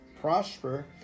prosper